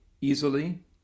easily